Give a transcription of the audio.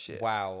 Wow